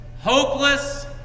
hopeless